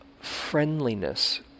friendliness